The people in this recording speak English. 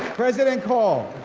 president call,